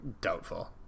Doubtful